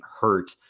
hurt